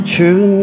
True